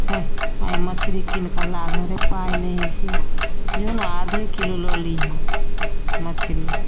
हइ आइ मछरी कीन कऽ ला गऽ रे पाइ नहि है से जो ने अधे किलो लऽ लिहऽ मछरी